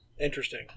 Interesting